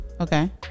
Okay